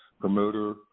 promoter